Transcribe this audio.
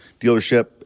dealership